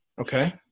Okay